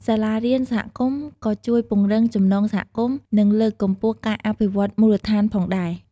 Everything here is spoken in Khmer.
សាលារៀនសហគមន៍ក៏ជួយពង្រឹងចំណងសហគមន៍ និងលើកកម្ពស់ការអភិវឌ្ឍមូលដ្ឋានផងដែរ។